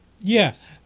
Yes